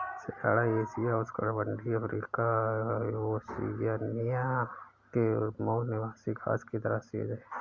सिंघाड़ा एशिया, उष्णकटिबंधीय Africa, Oceania के मूल निवासी घास की तरह सेज है